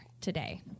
today